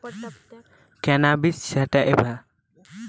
cannabis sativa বা গাঁজা গাছের বয়ন শিল্পে ব্যবহৃত অংশটির নাম হল শন